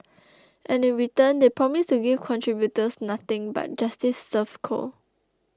and in return they promise to give contributors nothing but justice served cold